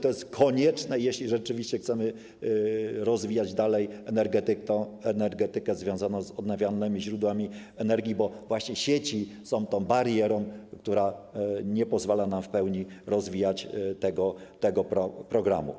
To jest konieczne, jeśli rzeczywiście chcemy rozwijać dalej energetykę związaną z odnawialnymi źródłami energii, bo właśnie sieci są tą barierą, która nie pozwala nam w pełni rozwijać tego programu.